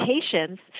patients